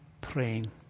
praying